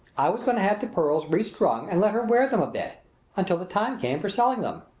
i was going to have the pearls restrung and let her wear them a bit until the time came for selling them.